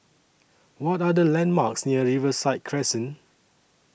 What Are The landmarks near Riverside Crescent